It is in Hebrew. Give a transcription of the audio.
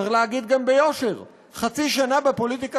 גם צריך להגיד ביושר: חצי שנה בפוליטיקה